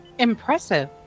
Impressive